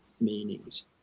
meanings